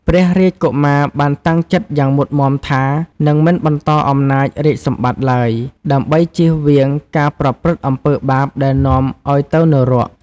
ព្រះរាជកុមារបានតាំងចិត្តយ៉ាងមុតមាំថា នឹងមិនបន្តអំណាចរាជសម្បត្តិឡើយ ដើម្បីចៀសវាងការប្រព្រឹត្តអំពើបាបដែលនាំឲ្យទៅនរក។